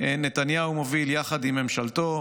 נתניהו מוביל יחד עם ממשלתו: